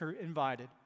invited